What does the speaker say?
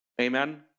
amen